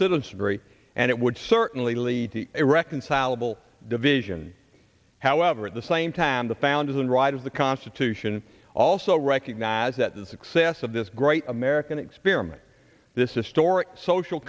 citizenry and it would certainly lead to an irreconcilable division however at the same time the founders and right of the constitution also recognize that the success of this great american experiment this is story social